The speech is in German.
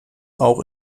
auch